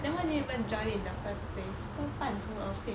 then why do you even join in the first place so 半途而废